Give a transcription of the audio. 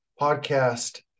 podcast